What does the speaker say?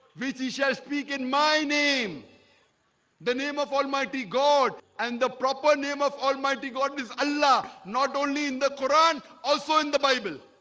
which he shall speak in my name the name of almighty god and the proper name of almighty. god is allah not only in the quran also in the bible